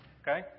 Okay